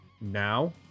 now